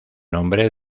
nombre